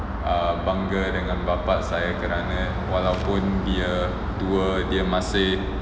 uh bannga dengan bapa saya kerana walaupun dia tua dia masih